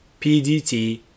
PDT